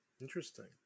interesting